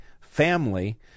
family